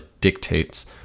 dictates